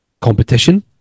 competition